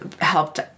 helped